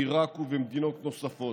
בעיראק ובמדינות נוספות,